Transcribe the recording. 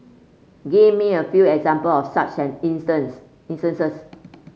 give me a few example of such an instance instances